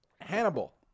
Hannibal